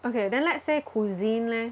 okay then let's say cuisine leh